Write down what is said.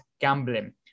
gambling